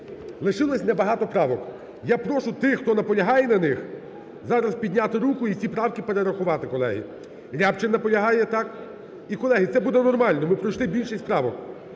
лишилось небагато правок. Я прошу тих, хто наполягає на них, зараз підняти руку і всі правки перерахувати, колеги. Рябчин наполягає, так? І, колеги, це буде нормально, ми пройшли більшість правок.